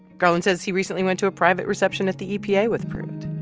garland says he recently went to a private reception at the epa with pruitt